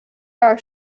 are